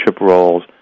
roles